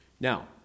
Now